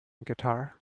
guitar